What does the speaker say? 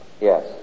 yes